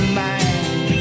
mind